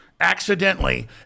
accidentally